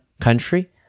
country